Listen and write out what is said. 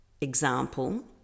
example